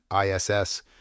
ISS